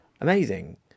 Amazing